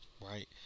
right